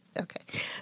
Okay